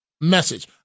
message